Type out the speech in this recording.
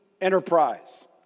enterprise